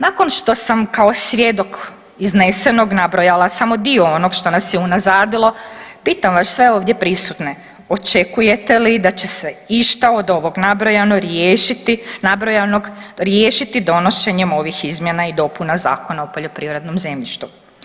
Nakon što sam kao svjedok iznesenog nabrojala samo dio onog što nas je unazadilo pitam vas sve ovdje prisutne, očekujete li da će se išta od ovog nabrojano riješiti, nabrojanog riješiti donošenjem ovih izmjena i dopuna Zakona o poljoprivrednom zemljištu.